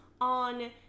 on